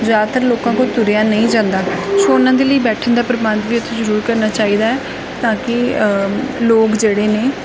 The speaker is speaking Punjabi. ਜ਼ਿਆਦਾਤਰ ਲੋਕਾਂ ਕੋਲ ਤੁਰਿਆ ਨਹੀਂ ਜਾਂਦਾ ਸੋ ਉਹਨਾਂ ਦੇ ਲਈ ਬੈਠਣ ਦਾ ਪ੍ਰਬੰਧ ਵੀ ਉੱਥੇ ਜ਼ਰੂਰ ਕਰਨਾ ਚਾਹੀਦਾ ਹੈ ਤਾਂ ਕਿ ਲੋਕ ਜਿਹੜੇ ਨੇ